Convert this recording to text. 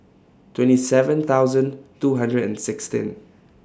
twenty seven thousand two hundred and sixteen